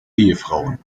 ehefrauen